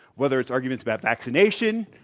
whether it's arguments about vaccination,